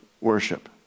worship